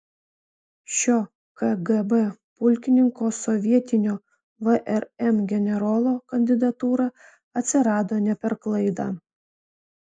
šio kgb pulkininko sovietinio vrm generolo kandidatūra atsirado ne per klaidą